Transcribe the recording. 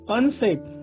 Unsafe